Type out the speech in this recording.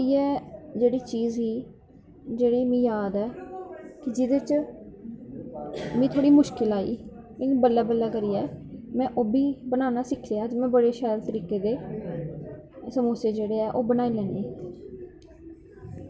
ते इयै जेह्ड़ी चीज़ ही जेह्ड़ी मीं जाद ऐ कि जेह्दे च मिगी थोह्ड़ी मुश्कल आई लेकिन बल्लैं बल्लैं करियै में ओह् बी बनाना सिक्खी लेआ में बड़े सैल तरीके दे समोसे जेह्ड़े ऐ ओह् बनाई लैन्नी